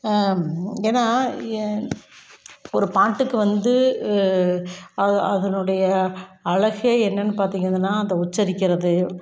ஏன்னா ஒரு பாட்டுக்கு வந்து அதுனுடைய அழகே என்னனு பார்த்திங்கன்னா அந்த உச்சரிக்கிறது